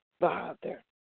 Father